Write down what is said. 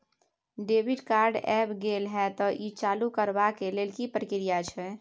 Debit card ऐब गेल हैं त ई चालू करबा के लेल की प्रक्रिया छै?